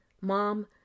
Mom